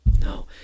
no